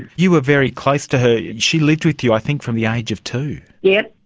you were very close to her, she lived with you i think from the age of two. yes,